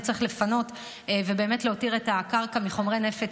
הוא צריך לפנות ובאמת להותיר את הקרקע נקייה מחומרי נפץ.